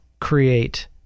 create